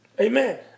Amen